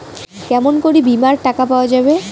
কেমন করি বীমার টাকা পাওয়া যাবে?